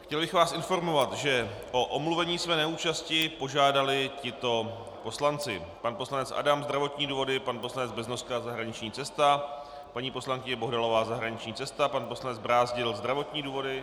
Chtěl bych vás informovat, že o omluvení své neúčasti požádali tito poslanci: pan poslanec Adam zdravotní důvody, pan poslanec Beznoska zahraniční cesta, paní poslankyně Bohdalová zahraniční cesta, pan poslanec Brázdil zdravotní důvody.